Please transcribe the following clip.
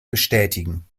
bestätigen